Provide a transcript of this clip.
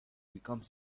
become